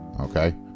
okay